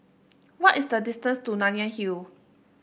what is the distance to Nanyang Hill